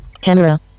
camera